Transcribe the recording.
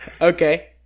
Okay